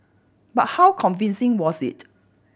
but how convincing was it